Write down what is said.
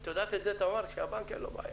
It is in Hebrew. את יודעת, תמר, שלבנק אין בעיה,